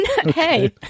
Hey